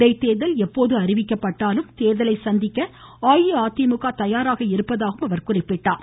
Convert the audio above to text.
இடைத்தேர்தல் எப்போது அறிவிக்கப்பட்டாலும் தேர்தலை சந்திக்க அஇஅதிமுக தயாராக இருப்பதாக அவர் குறிப்பிட்டார்